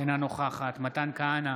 אינה נוכחת מתן כהנא,